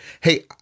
Hey